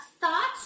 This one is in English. Thoughts